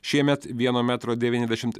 šiemet vieno metro devyniasdešimt